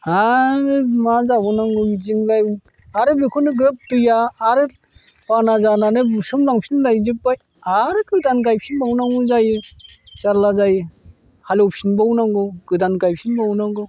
आरो मा जाबावनांगौ बिदिजोंलाय आरो बेखौनो ग्रोब दैया आरो बाना जानानै बुसोम लांफिन लायजोबबाय आरो गोदान गायफिनबावनांगौ जायो जारला जायो हालएव फिनबाव नांगौ गोदान गायफिनबावनांगौ